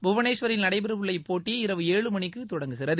புவனேஸ்வரில் நடைபெறவுள்ள இப்போட்டி இரவு ஏழு மணிக்கு தொடங்குகிறது